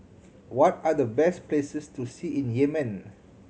what are the best places to see in Yemen